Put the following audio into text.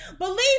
Believe